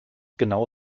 genau